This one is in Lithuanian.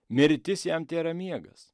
mirtis jam tėra miegas